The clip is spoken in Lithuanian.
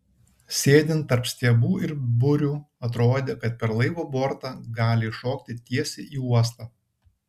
sėdint tarp stiebų ir burių atrodė kad per laivo bortą gali iššokti tiesiai į uostą